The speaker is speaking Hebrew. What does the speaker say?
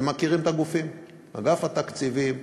אתם מכירים את הגופים: אגף התקציבים,